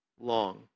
long